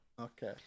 Okay